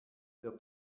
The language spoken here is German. der